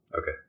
Okay